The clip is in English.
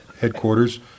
headquarters